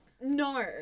No